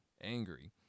angry